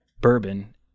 bourbon